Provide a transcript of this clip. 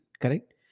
correct